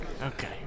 Okay